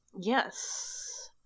Yes